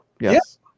yes